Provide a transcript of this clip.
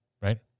Right